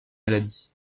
maladie